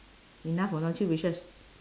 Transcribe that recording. enough or not three wishes